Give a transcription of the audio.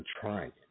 trying